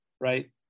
right